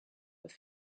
with